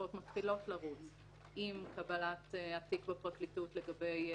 התקופות מתחילות לרוץ עם קבלת התיק בפרקליטות לגבי הפרקליטות,